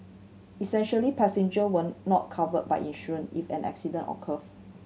essentially passenger were not covered by insurance if an accident occurred